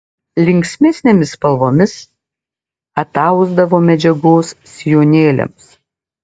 linksmesnėmis spalvomis atausdavo medžiagos sijonėliams